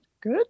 good